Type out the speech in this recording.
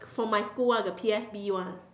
for my school [one] the P_S_B one